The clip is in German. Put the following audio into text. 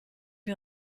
wir